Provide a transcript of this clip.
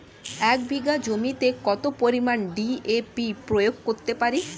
এক বিঘা জমিতে কত পরিমান ডি.এ.পি প্রয়োগ করতে পারি?